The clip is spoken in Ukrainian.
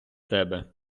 тебе